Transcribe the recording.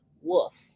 Wolf